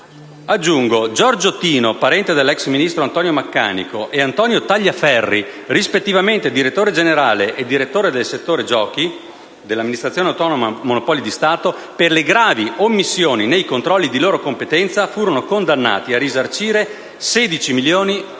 Aggiungo che Giorgio Tino, parente dell'ex ministro Antonio Maccanico, e Antonio Tagliaferri, rispettivamente direttore generale e direttore del settore giochi dell'Amministrazione autonoma dei monopoli di Stato, per le gravi omissioni nei controlli di loro competenza furono condannati a risarcire 16 e 8 milioni di euro